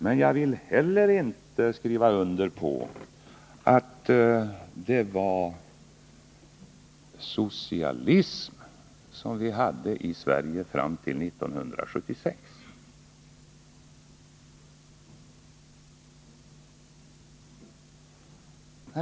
Men jag vill heller inte skriva under att det var socialism vi hade i Sverige fram till 1976.